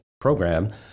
program